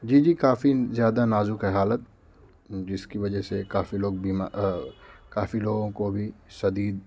جی جی کافی زیادہ نازک ہے حالت جس کی وجہ سے کافی لوگ بیما کافی لوگوں کو بھی شدید